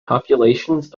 populations